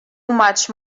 much